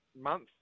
month